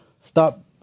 stop